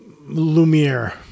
Lumiere